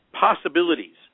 possibilities